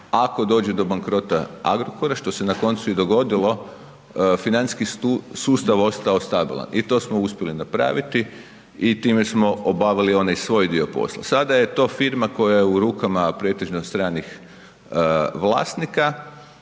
ako dođe do bankrota Agrokora što se na koncu i dogodilo financijski sustav ostao stabilan. I to smo uspjeli napraviti i time smo obavili onaj svoj dio posla. Sada je to firma koja je u rukama pretežno stranih vlasnika